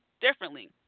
differently